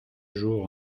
jour